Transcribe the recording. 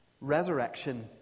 Resurrection